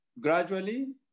gradually